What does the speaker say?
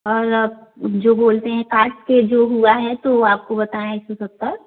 और जो बोलते हैं काट कर जो हुआ है तो आपको बताएँ एक सौ सत्तर